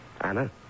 Anna